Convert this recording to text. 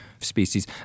species